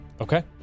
okay